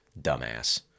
Dumbass